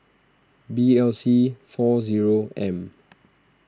B L C four zero M